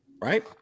Right